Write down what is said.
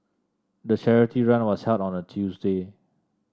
the charity run was held on a Tuesday